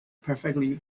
perfectly